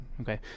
Okay